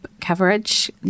coverage